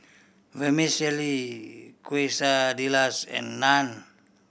Vermicelli Quesadillas and Naan